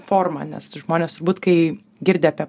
forma nes žmonės turbūt kai girdi apie